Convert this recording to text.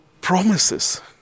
promises